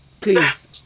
please